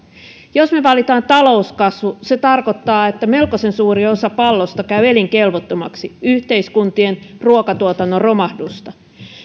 jos me valitsemme talouskasvun se tarkoittaa että melkoisen suuri osa pallosta käy elinkelvottomaksi yhteiskuntien ruokatuotanto romahtaa ja